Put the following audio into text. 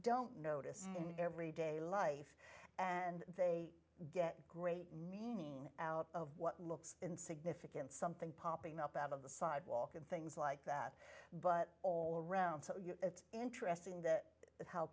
don't notice every day life and they get great meaning out of what looks in significant something popping up out of the sidewalk and things like that but all around so you know it's interesting that how